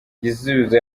igisubizo